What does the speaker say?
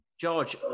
George